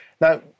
Now